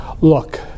Look